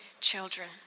children